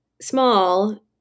small